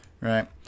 Right